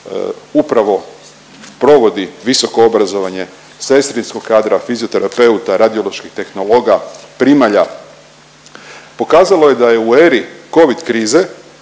upravo provodi visoko obrazovanje sestrinskog kadra, fizioterapeuta, radioloških tehnologa, primalja, pokazalo je da je u eri Covid krize